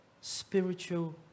spiritual